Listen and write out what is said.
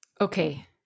Okay